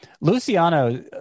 Luciano